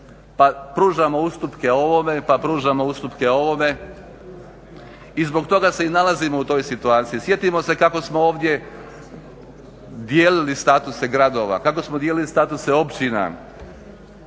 pa pružamo ustupke ovome, pružamo ustupke onome i zbog toga se nalazimo u toj situaciji. Sjetimo se kako smo ovdje dijelili statuse gradove, kako smo dijelili statuse općina,